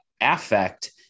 affect